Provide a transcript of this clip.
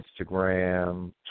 Instagram